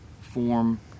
form